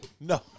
No